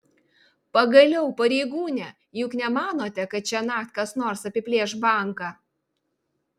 pagaliau pareigūne juk nemanote kad šiąnakt kas nors apiplėš banką